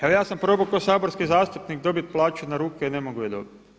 Evo ja sam probao kao saborski zastupnik dobiti plaću na ruke i ne mogu je dobiti.